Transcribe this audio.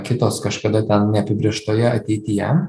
kitos kažkada ten neapibrėžtoje ateityje